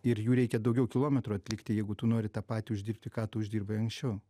ir jų reikia daugiau kilometrų atlikti jeigu tu nori tą patį uždirbti ką tu uždirbai anksčiau